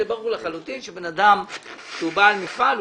זה ברור לחלוטין שבן אדם שהוא בעל מפעל,